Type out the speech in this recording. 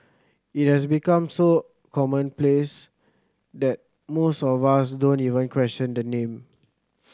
it has become so commonplace that most of us don't even question the name